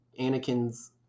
Anakin's